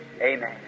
Amen